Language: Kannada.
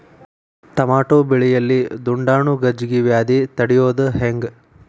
ಟಮಾಟೋ ಬೆಳೆಯಲ್ಲಿ ದುಂಡಾಣು ಗಜ್ಗಿ ವ್ಯಾಧಿ ತಡಿಯೊದ ಹೆಂಗ್?